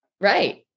Right